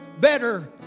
better